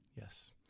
Yes